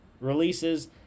releases